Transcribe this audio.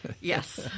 Yes